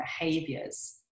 behaviors